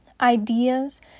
ideas